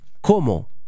cómo